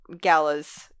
galas